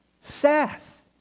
Seth